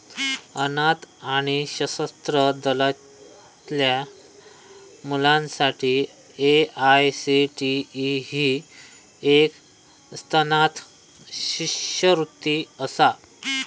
अनाथ आणि सशस्त्र दलातल्या मुलांसाठी ए.आय.सी.टी.ई ही एक स्वनाथ शिष्यवृत्ती असा